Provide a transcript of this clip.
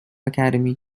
academy